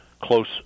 close